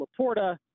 Laporta